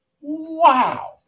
Wow